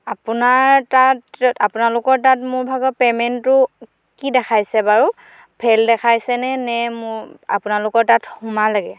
আপোনাৰ তাত আপোনালোকৰ তাত মোৰ ভাগৰ পে'মেণ্টটো কি দেখাইছে বাৰু ফেইল দেখাইছেনে নে মোৰ আপোনালোকৰ তাত সোমালেগৈ